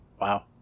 Wow